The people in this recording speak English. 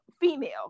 female